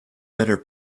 better